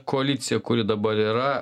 koalicija kuri dabar yra